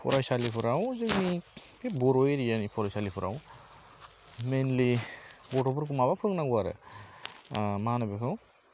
फरायसालिफोराव जोंनि बे बर' एरिया नि फरायसालिफोराव मेनलि गथ'फोरखौ माबा फोरोंनांगौ आरो मा होनो बेखौ